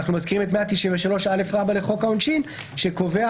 אנחנו מזכירים את 193א לחוק העונשין שקובע